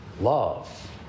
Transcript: love